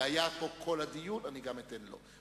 והיה פה כל הדיון, אני גם אתן לו.